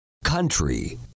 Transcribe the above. country